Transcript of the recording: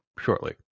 shortly